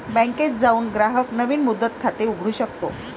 बँकेत जाऊन ग्राहक नवीन मुदत खाते उघडू शकतो